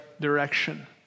direction